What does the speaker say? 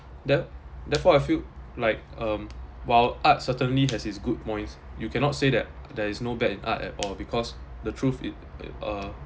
there~ therefore I feel like um while art certainly has its good points you cannot say that there is no bad in art at all because the truth i~ i~ uh